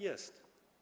Jest.